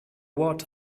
water